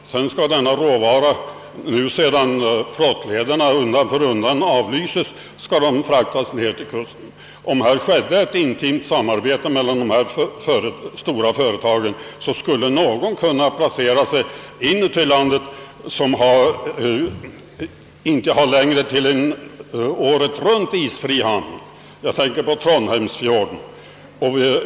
Råvarorna skall nu — efter hand som flottlederna läggs ner — fraktas ned till kusten per bil eller järnväg. Om det förefunnits ett intimt samarbete mellan dessa stora företag, kunde något av dem lokaliserat sina nya anläggningar till inlandet där man inte har så långa avstånd till en året runt isfri hamn; jag tänker exempelvis på någon hamn i Trondheimsfjorden.